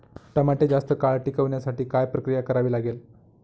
टमाटे जास्त काळ टिकवण्यासाठी काय प्रक्रिया करावी लागेल?